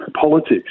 politics